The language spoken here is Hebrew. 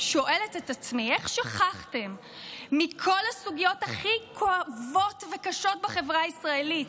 שואלת את עצמי איך שכחתם מכל הסוגיות הכי כואבות וקשות בחברה הישראלית.